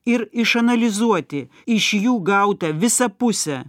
ir išanalizuoti iš jų gautą visapusę